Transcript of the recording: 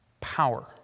power